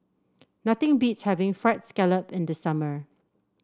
nothing beats having fried scallop in the summer